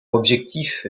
objectif